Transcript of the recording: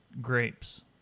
grapes